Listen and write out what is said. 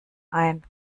ein